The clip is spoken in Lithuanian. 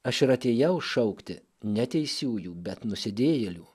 aš ir atėjau šaukti ne teisiųjų bet nusidėjėlių